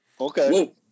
Okay